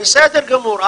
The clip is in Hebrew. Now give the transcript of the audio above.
בסדר גמור.